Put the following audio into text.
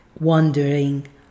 wandering